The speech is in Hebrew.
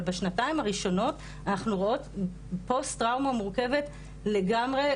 אבל בשנתיים הראשונות אנחנו רואות פוסט טראומה מורכבת לגמרי,